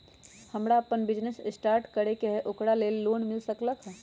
हमरा अपन business start करे के है ओकरा लेल लोन मिल सकलक ह?